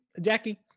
Jackie